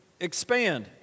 expand